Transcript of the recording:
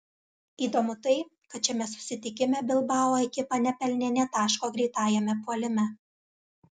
įdomu tai kad šiame susitikime bilbao ekipa nepelnė nė taško greitajame puolime